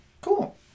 Cool